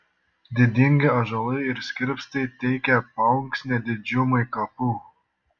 didingi ąžuolai ir skirpstai teikė paunksnę didžiumai kapų